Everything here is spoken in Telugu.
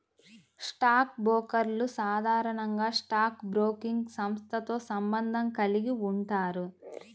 స్టాక్ బ్రోకర్లు సాధారణంగా స్టాక్ బ్రోకింగ్ సంస్థతో సంబంధం కలిగి ఉంటారు